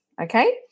Okay